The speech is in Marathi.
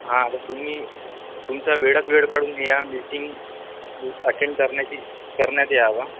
हां तर तुम्ही तुमच्या वेळात वेळ काढून या मीटिंग अटेंड करण्याची करण्यात यावा